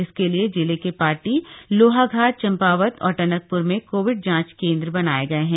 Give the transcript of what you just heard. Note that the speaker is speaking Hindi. इसके लिए जिले के पाटी लोहाघाट चम्पावत और टनकप्र में कोविड जांच केंद्र बनाए गए हैं